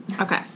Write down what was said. Okay